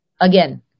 Again